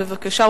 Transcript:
בבקשה.